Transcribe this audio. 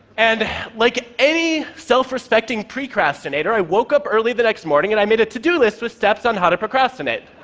and like any self-respecting precrastinator, i woke up early the next morning and i made a to-do list with steps on how to procrastinate.